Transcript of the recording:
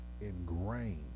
ingrained